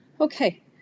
Okay